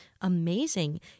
amazing